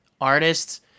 artists